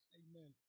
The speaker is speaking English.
amen